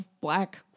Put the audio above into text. black